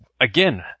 again